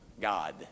God